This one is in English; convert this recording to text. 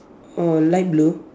orh light blue